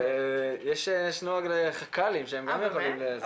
יש נוהג לחכ"לים שהם גם יכולים.